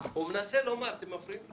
הוא מנסה לומר, אתם מפריעים לו.